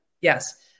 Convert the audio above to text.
Yes